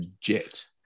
jet